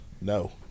no